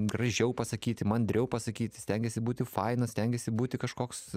gražiau pasakyti mandriau pasakyti stengiesi būti fainas stengiesi būti kažkoks